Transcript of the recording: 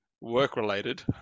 work-related